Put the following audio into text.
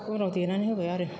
अनाव देनानै होबाय आरो